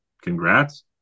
congrats